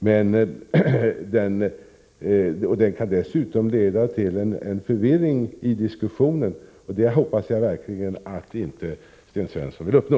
Men det kan dessutom leda till en förvirring i diskussionen, och det hoppas jag verkligen att Sten Svensson inte vill uppnå.